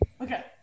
Okay